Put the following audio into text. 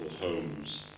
homes